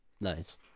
Nice